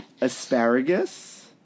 asparagus